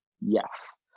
Yes